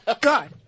God